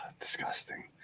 Disgusting